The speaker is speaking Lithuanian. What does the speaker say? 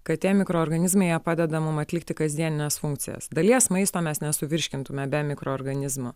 kad tie mikroorganizmai jie padeda mum atlikti kasdienines funkcijas dalies maisto mes nesuvirškintume be mikroorganizmų